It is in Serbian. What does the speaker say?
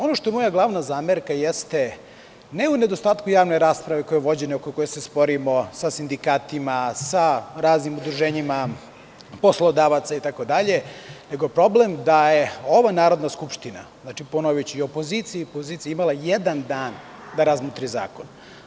Ono što je moja glavna zamerka jeste ne u nedostatku javne rasprave koja je vođena i oko koje se sporimo sa sindikatima, sa raznim udruženjima poslodavaca itd, nego je problem da je ova Narodna skupština, ponoviću, i opozicija i pozicija imala jedan dan da razmotri zakon.